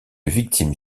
victime